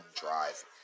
drive